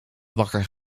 wakker